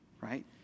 right